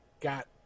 got